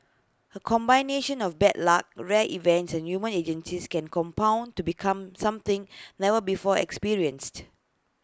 A combination of bad luck rare events and human agencies can compound to become something never before experienced